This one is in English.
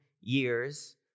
years